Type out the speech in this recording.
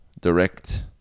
direct